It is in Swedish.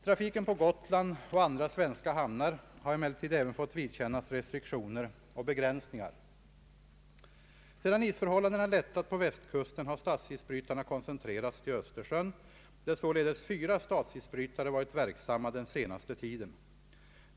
Trafiken på Gotland och andra svenska hamnar har emellertid även fått vidkännas restriktioner och begränsningar. Sedan isförhållandena lättat på Västkusten har statsisbrytarna koncentrerats till Östersjön, där således fyra statsisbrytare varit verksamma den senaste tiden.